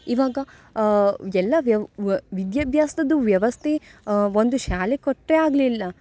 ಇವಾಗ ಎಲ್ಲ ವ್ಯವ ವಿದ್ಯಾಭ್ಯಾಸದ್ದು ವ್ಯವಸ್ಥೆ ಒಂದು ಶಾಲೆ ಕೊಟ್ಟರೆ ಆಗಲಿಲ್ಲ